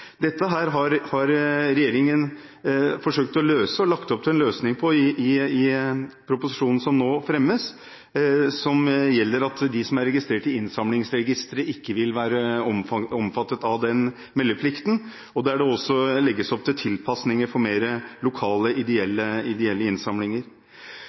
Dette har regjeringen forsøkt å løse og har lagt opp til en løsning på i proposisjonen som nå fremmes, som går ut på at de som er registrert i innsamlingsregisteret, ikke vil være omfattet av en slik meldeplikt, og der det også legges opp til tilpasninger for mer lokale,